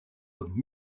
comme